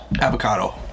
Avocado